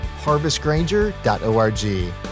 harvestgranger.org